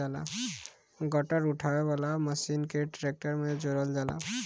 गट्ठर उठावे वाला मशीन के ट्रैक्टर में जोड़ल जाला